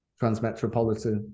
Transmetropolitan